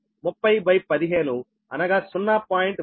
153015అనగా 0